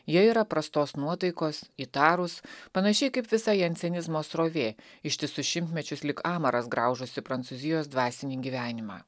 jie yra prastos nuotaikos įtarūs panašiai kaip visa jansenizmo srovė ištisus šimtmečius lyg amaras graužusi prancūzijos dvasinį gyvenimą